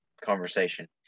conversation